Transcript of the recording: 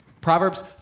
Proverbs